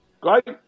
Great